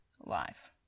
life